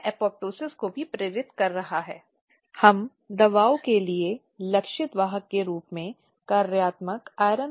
जो महिलाओं के मुद्दों सामाजिक मुद्दों से अच्छी तरह से वाकिफ हैं और इसलिए उन्हें उन क्षेत्रों में काम करने का ज्ञान है